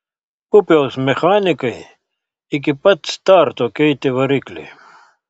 pupiaus mechanikai iki pat starto keitė variklį